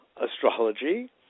astrology